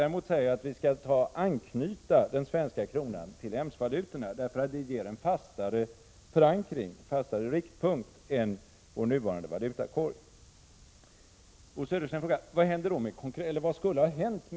Däremot säger jag att vi skall anknyta den svenska kronan till EMS-valutorna. Det ger nämligen en fastare riktpunkt än vår nuvarande valutakorg. Vad skulle ha hänt med konkurrenskraften? frågade Bo Södersten.